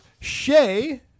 Shay